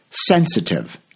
Sensitive